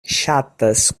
ŝatas